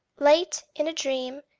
late, in a dream,